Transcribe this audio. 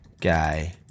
guy